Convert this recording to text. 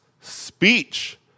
speech